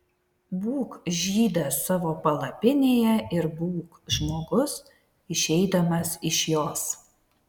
būk žydas savo palapinėje ir būk žmogus išeidamas iš jos